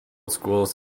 schools